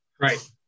Right